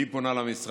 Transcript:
והיא פונה למשרד